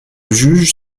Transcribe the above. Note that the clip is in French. juge